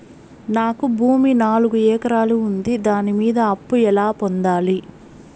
నాకు భూమి నాలుగు ఎకరాలు ఉంది దాని మీద అప్పు ఎలా పొందాలి?